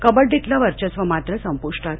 कबड्डीतलं वर्चस्व मात्र संपुष्टात